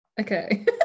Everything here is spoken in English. Okay